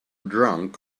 drunk